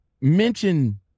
mention